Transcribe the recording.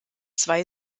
zwei